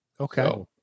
okay